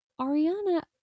Ariana